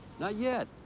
not yet.